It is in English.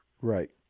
Right